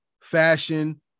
fashion